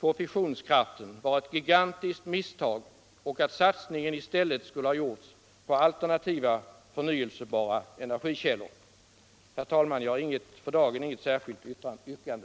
på fissionskraften var ett gigantiskt misstag och att satsningen i stället skulle ha gjorts på alternativa, förnyelsebara energikällor. Herr talman! Jag har för dagen inget särskilt yrkande.